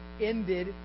ended